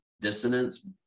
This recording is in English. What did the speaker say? dissonance